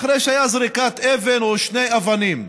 אחרי שהייתה זריקת אבן או שתי אבנים?